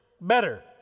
better